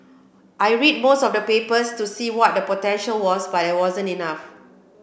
I read most of the papers to see what the potential was but there wasn't enough